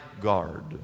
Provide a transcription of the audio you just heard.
guard